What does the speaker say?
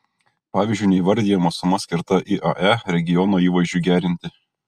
pavyzdžiui neįvardijama suma skirta iae regiono įvaizdžiui gerinti